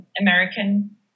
American